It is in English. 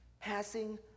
Passing